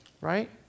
right